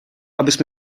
abys